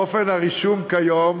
אופן הרישום כיום